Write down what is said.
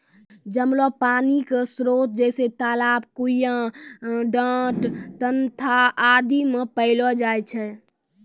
जमलो पानी क स्रोत जैसें तालाब, कुण्यां, डाँड़, खनता आदि म पैलो जाय छै